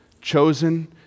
chosen